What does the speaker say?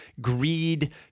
greed